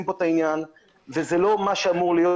כאן את העניין וזה לא מה שאמור להיות.